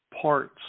parts